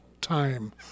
time